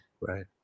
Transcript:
Right